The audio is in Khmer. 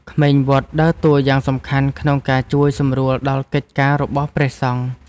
ក្មេងវត្តដើរតួយ៉ាងសំខាន់ក្នុងការជួយសម្រួលដល់កិច្ចការរបស់ព្រះសង្ឃ។